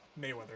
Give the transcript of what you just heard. mayweather